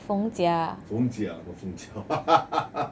feng jia not feng jiao